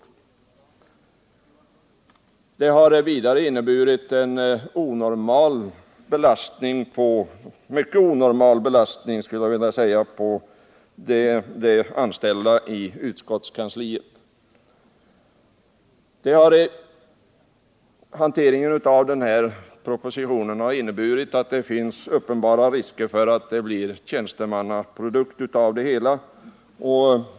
Vidare har detta inneburit en mycket onormal belastning på de anställda i utskottskansliet. Hanteringen av propositionen har också inneburit att det finns uppenbara risker för att det blir en tjänstemannaprodukt av det hela.